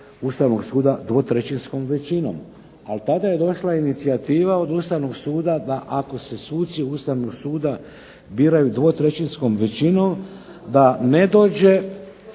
Ustavnog suda 2/3-skom većinom. Ali tada je došla inicijativa od Ustavnog suda da ako se suci Ustavnog suda biraju 2/3-skom većinom da ne dođe…